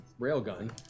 railgun